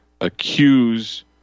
accuse